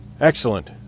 Excellent